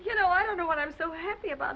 you know i don't know what i'm so happy about